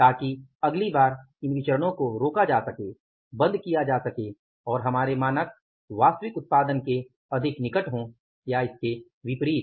ताकि अगली बार इन विचरणो को रोका जा सके बंद किआ जा सके और हमारे मानक वास्तविक उत्पादन के अधिक निकट हों या इसके विपरीत